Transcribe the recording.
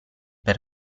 per